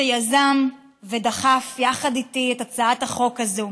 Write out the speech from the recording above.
שיזם ודחף יחד איתי את הצעת החוק הזאת.